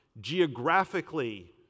geographically